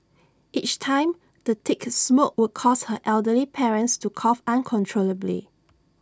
each time the thick smoke would cause her elderly parents to cough uncontrollably